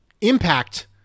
impact